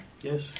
Yes